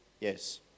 Yes